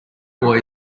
boy